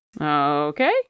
Okay